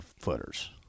footers